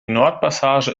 nordpassage